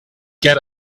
get